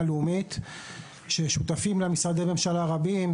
לאומית ששותפים לה משרדי ממשלה רבים,